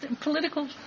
political